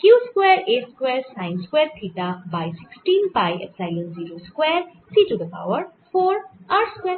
q square a square sine square theta by 16 pi epsilon 0 square c to the power 4 r square